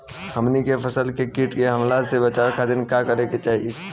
हमनी के फसल के कीट के हमला से बचावे खातिर का करे के चाहीं?